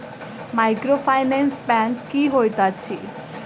Microfinance bank की होइत अछि?